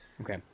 Okay